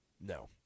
No